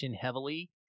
heavily